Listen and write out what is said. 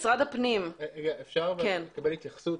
משרד הפנים --- אפשר לקבל התייחסות?